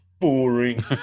Boring